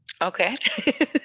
Okay